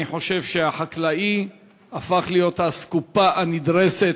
אני חושב שהחקלאי הפך להיות אסקופה הנדרסת.